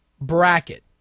bracket